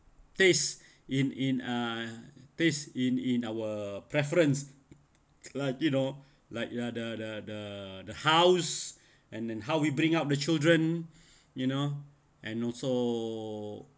taste in in uh taste in in our preference lah you know like the the the the house and then how we bring up the children you know and also